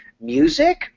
music